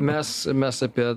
mes mes apie